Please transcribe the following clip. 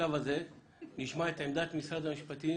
בשלב הזה נשמע את עמדת משרד המשפטים.